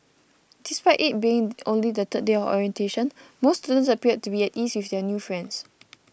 despite it being only the third day of orientation most students appeared to be at ease with their new friends